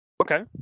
Okay